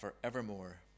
forevermore